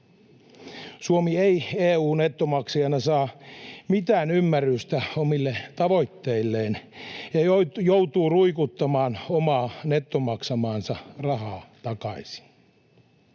Suomi ei EU:n nettomaksajana saa mitään ymmärrystä omille tavoitteilleen ja joutuu ruikuttamaan omaa nettomaksamaansa rahaa takaisin.